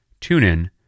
TuneIn